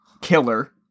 killer